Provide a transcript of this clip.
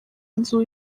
nzu